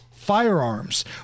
firearms